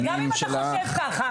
בסדר, גם אם אתה חושב כך,